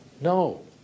No